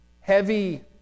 heavy